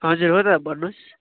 हजुर हो त भन्नुहोस्